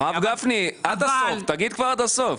הרב גפני, תגיד כבר עד הסוף.